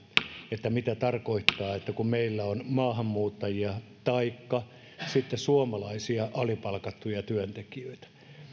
mitä mitä tarkoittaa kun meillä on alipalkattuja maahanmuuttajia taikka suomalaisia työntekijöitä